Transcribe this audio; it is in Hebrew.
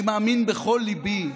אני מאמין בכל ליבי,